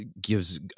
gives